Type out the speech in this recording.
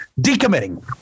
decommitting